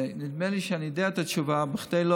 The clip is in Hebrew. נדמה לי שאני יודע את התשובה אך כדי לא